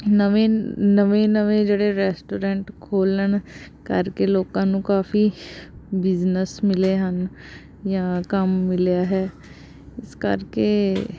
ਨਵੇਂ ਨਵੇਂ ਨਵੇਂ ਜਿਹੜੇ ਰੈਸਟੋਰੈਂਟ ਖੋਲ੍ਹਣ ਕਰਕੇ ਲੋਕਾਂ ਨੂੰ ਕਾਫੀ ਬਿਜ਼ਨਸ ਮਿਲੇ ਹਨ ਜਾਂ ਕੰਮ ਮਿਲਿਆ ਹੈ ਇਸ ਕਰਕੇ